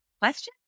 question